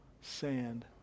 sand